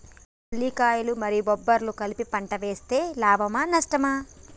పల్లికాయలు మరియు బబ్బర్లు కలిపి పంట వేస్తే లాభమా? నష్టమా?